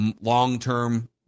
long-term